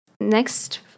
Next